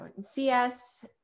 CS